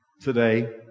today